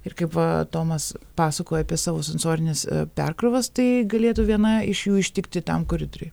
ir kaip va tomas pasakojo apie savo sensorines perkrovas tai galėtų viena iš jų ištikti tam koridoriuj